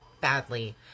badly